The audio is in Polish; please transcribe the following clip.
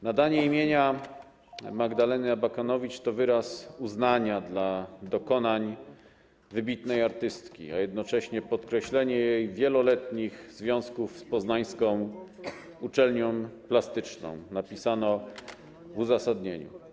Nadanie imienia Magdaleny Abakanowicz jest wyrazem uznania dla dokonań wybitnej artystki, a jednocześnie podkreśleniem jej wieloletnich związków z poznańską uczelnią plastyczną - napisano w uzasadnieniu.